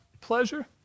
pleasure